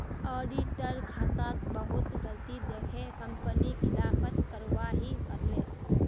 auditor खातात बहुत गलती दखे कंपनी खिलाफत कारवाही करले